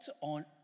on